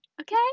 okay